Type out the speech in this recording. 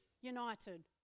united